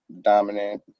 dominant